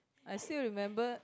I still remember